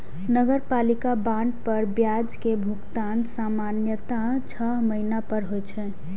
नगरपालिका बांड पर ब्याज के भुगतान सामान्यतः छह महीना पर होइ छै